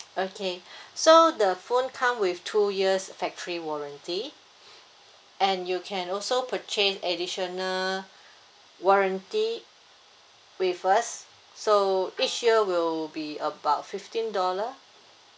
okay so the phone come with two years factory warranty and you can also purchase additional warranty with us so each year will be about fifteen dollar